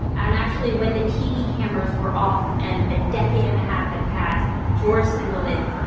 and actually, when the tv cameras were off and a decade and a half had passed, george singelmann,